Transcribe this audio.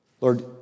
Lord